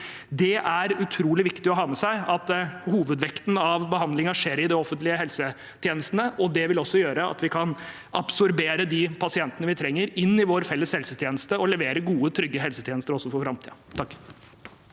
Det er utrolig viktig å ha med seg at hovedvekten av behandlingen skjer i de offentlige helsetjenestene. Det vil også gjøre at vi kan absorbere de pasientene vi trenger, inn i vår felles helsetjeneste og levere gode, trygge helsetjenester også for framtiden. Truls